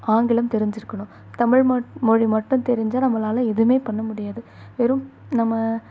ஆங்கிலம் தெரிஞ்சிருக்கணும் தமிழ் மட் மொழி மட்டும் தெரிஞ்சால் நம்மளால எதுவுமே பண்ண முடியாது வெறும் நம்ம